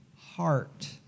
heart